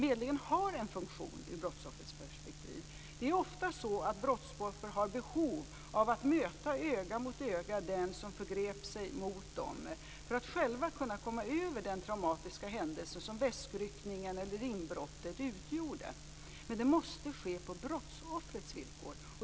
Medlingen har en funktion ur det perspektivet. Det är ofta så att brottsoffer har behov av att öga mot öga möta den som förgreps sig mot dem för att själva kunna komma över den traumatiska händelse som väskryckningen eller inbrottet utgjorde. Men det måste ske på brottsoffrets villkor.